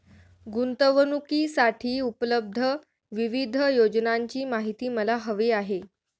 गुंतवणूकीसाठी उपलब्ध विविध योजनांची माहिती मला हवी आहे